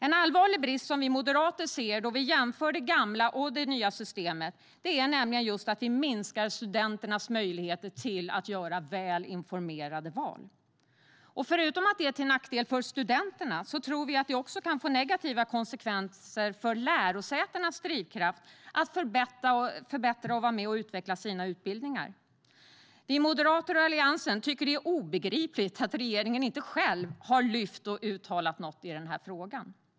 En allvarlig brist som vi moderater ser då vi jämför det gamla och det nya systemet är just att studenternas möjlighet att göra väl informerade val minskas. Förutom att det är till nackdel för studenterna tror vi att det också kan få negativa konsekvenser för lärosätenas drivkraft att förbättra och utveckla sina utbildningar. Vi moderater och Alliansen tycker det är obegripligt att regeringen inte själv har lyft upp och uttalat sig i denna fråga.